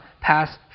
pass